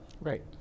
Right